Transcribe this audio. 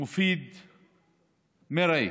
מופיד מרעי,